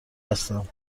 هستم